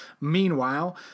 Meanwhile